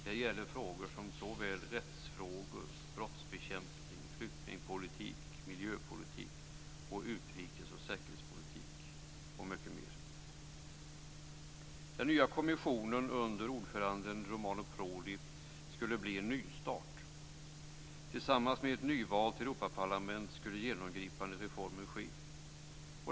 Det gäller såväl rättsfrågor, brottsbekämpning, flyktingpolitik, miljöpolitik som utrikes och säkerhetspolitik och mycket mer. Prodi skulle bli en nystart. Tillsammans med ett nyvalt Europaparlament skulle genomgripande reformer ske.